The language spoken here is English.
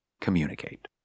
communicate